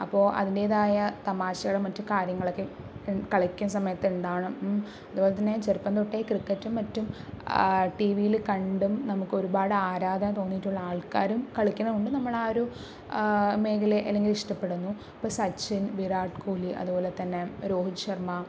അപ്പോൾ അതിന്റേതായ തമാശകളും മറ്റു കാര്യങ്ങളൊക്കെ കളിക്കുന്ന സമയത്ത് ഉണ്ടാവണം അതുപോലെത്തന്നെ ചെറുപ്പം തൊട്ടേ ക്രിക്കറ്റും മറ്റും ടിവിയില് കണ്ടും നമുക്ക് ഒരുപാട് ആരാധന തോന്നിയിട്ടുള്ള ആള്ക്കാരും കളിക്കുന്നതുകൊണ്ട് നമ്മള് ആ ഒരു മേഖലയെ അല്ലെങ്കിൽ ഇഷ്ടപ്പെടുന്നു ഇപ്പോൾ സച്ചിന് വിരാട് കൊഹ്ലി അതുപോലെത്തന്നെ രോഹിത് ശര്മ്മ